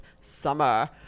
Summer